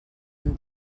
han